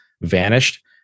vanished